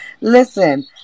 Listen